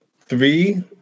three